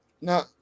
no